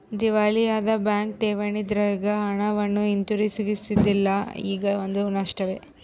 ದಿವಾಳಿಯಾದ ಬ್ಯಾಂಕ್ ಠೇವಣಿದಾರ್ರಿಗೆ ಹಣವನ್ನು ಹಿಂತಿರುಗಿಸುವುದಿಲ್ಲ ಇದೂ ಒಂದು ನಷ್ಟವೇ